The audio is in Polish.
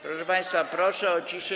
Proszę państwa, proszę o ciszę.